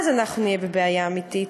אז אנחנו נהיה בבעיה אמיתית.